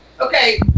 okay